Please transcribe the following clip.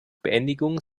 beendigung